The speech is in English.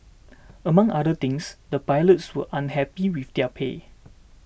among other things the pilots were unhappy with their pay